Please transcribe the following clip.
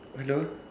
hello